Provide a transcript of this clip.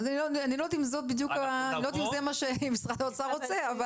אני לא יודעת אם זה מה שמשרד האוצר רוצה אבל